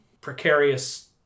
precarious